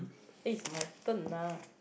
eh it's my turn ah